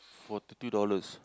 forty two dollars